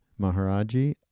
Maharaji